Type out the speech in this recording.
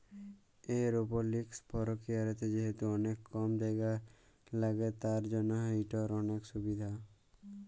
এরওপলিকস পরকিরিয়াতে যেহেতু অলেক কম জায়গা ল্যাগে তার জ্যনহ ইটর অলেক সুভিধা